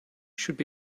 should